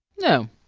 no,